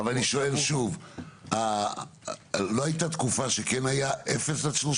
אבל אני שואל שוב, לא הייתה תקופה שכן היה 30%-0%?